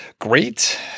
great